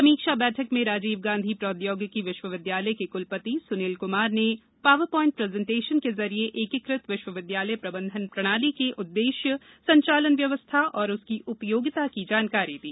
समीक्षा बैठक में राजीव गांधी प्रौद्यौगिकी विश्वविद्यालय के कुलपति सुनील कुमार ने पावर प्वाइंट प्रजेन्टेशन के जरिए एकीकृत विश्वविद्यालय प्रबंधन प्रणाली के उद्देश्य संचालन व्यवस्था और उसकी उपयोगिता की जानकारी दी